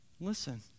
listen